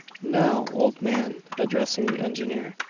now, old man, addressing the engineer,